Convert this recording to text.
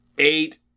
Eight